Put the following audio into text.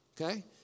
Okay